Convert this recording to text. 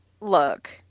Look